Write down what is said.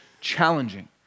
challenging